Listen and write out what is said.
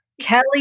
Kelly